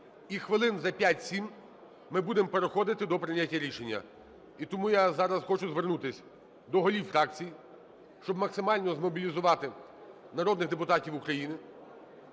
і хвилин за 5-7 ми будемо переходити до прийняття рішення. І тому я зараз хочу звернутися до голів фракцій, щоб максимально змобілізувати народних депутатів України.